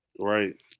Right